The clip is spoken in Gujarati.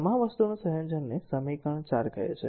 આ તમામ વસ્તુનું સંયોજનને સમીકરણ 4 કહે છે